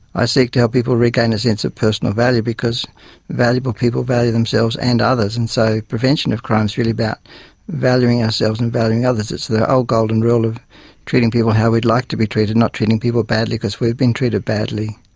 i seek to help people regain a sense of personal value because valuable people value themselves and others, and so prevention of crime is really about valuing ourselves and valuing others. it's the old golden rule of treating people how we'd like to be treated, not treating people badly because we've been treated badly.